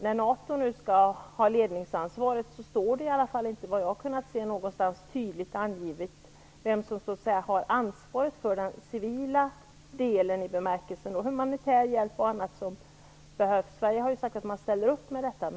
När NATO nu skall ha ledningsansvaret står det i alla fall inte vad jag har kunnat se någonstans tydligt angivet vem som har ansvaret för den civila delen, i bemärkelsen humanitär hjälp och annat som behövs. Sverige har ju sagt att man ställer upp med detta.